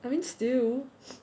I mean still